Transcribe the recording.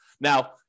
Now